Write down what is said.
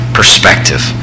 perspective